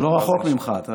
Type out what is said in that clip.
זה לא רחוק ממך.